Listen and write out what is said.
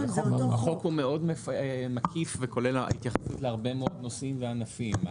החוק הוא מאוד מקיף וכולל התייחסות להרבה מאוד נושאים וענפים.